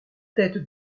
tête